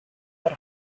are